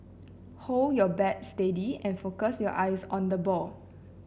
hold your bat steady and focus your eyes on the ball